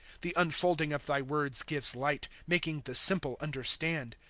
the unfolding of thy words gives light, making the simple understand,